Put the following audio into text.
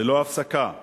ללא הפסקה.